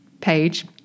page